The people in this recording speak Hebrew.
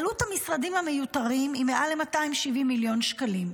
עלות המשרדים המיותרים היא מעל ל-270 מיליון שקלים.